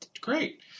great